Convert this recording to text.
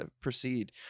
proceed